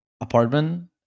apartment